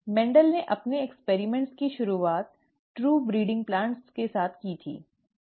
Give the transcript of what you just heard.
Mendel ने अपने प्रयोगों की शुरुआत ट्रू ब्रीडिंग प्लांट्स के साथ की